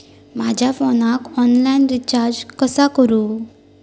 माझ्या फोनाक online recharge कसा करू?